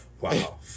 wow